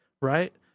right